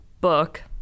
book